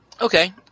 Okay